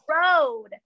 road